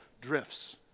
drifts